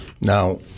Now